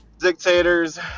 dictators